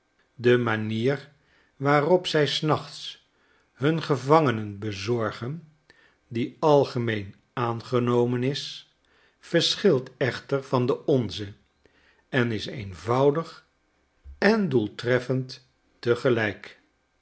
de manier waarop zij s nachts hun gevangenen bezorgen die algemeen aangenomen is verschilt echter van de onze en is eenvoudig en doeltreffend tegelijk